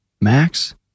Max